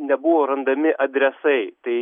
nebuvo randami adresai tai